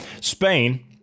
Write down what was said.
Spain